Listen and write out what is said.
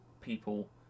people